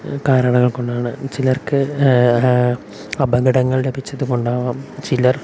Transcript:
കാരണങ്ങൾ കൊണ്ടാണ് ചിലർക്ക് അപകടങ്ങൾ ലഭിച്ചത് കൊണ്ടാവാം ചിലർ